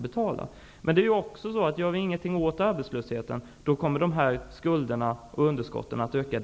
Men om det inte görs någonting åt arbetslösheten, kommer skulderna och underskotten att öka